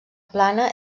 plana